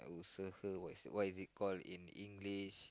usaha what is it called again in English